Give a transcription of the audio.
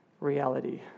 reality